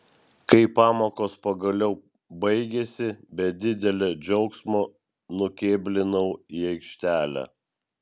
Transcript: kai pamokos pagaliau baigėsi be didelio džiaugsmo nukėblinau į aikštelę